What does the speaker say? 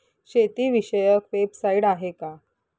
शेतीविषयक वेबसाइट आहे का?